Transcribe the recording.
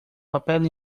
papel